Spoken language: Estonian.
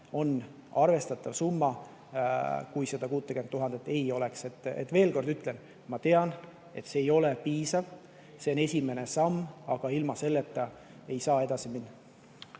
on arvestatav summa. Kui seda 60 000 ei oleks ... Veel kord ütlen: ma tean, et see ei ole piisav, aga see on esimene samm, ilma milleta ei saa edasi minna.